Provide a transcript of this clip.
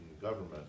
government